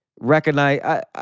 recognize